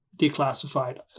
declassified